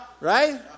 right